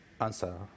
answer